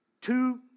Two